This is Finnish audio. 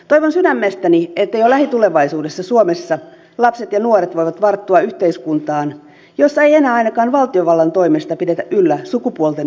toivon sydämestäni että jo lähitulevaisuudessa suomessa lapset ja nuoret voivat varttua yhteiskuntaan jossa ei enää ainakaan valtiovallan toimesta pidetä yllä sukupuolten rooliodotuksia